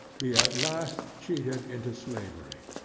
be at last cheated into slavery.